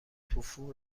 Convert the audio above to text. توفو